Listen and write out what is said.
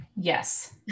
Yes